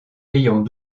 ayant